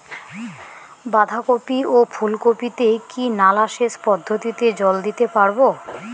বাধা কপি ও ফুল কপি তে কি নালা সেচ পদ্ধতিতে জল দিতে পারবো?